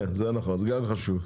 כן זה נכון, גם חשוב.